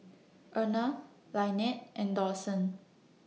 Erna Lynette and Dawson